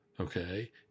okay